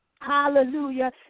Hallelujah